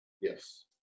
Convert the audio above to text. Yes